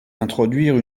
d’introduire